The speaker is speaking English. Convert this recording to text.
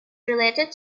related